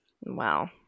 Wow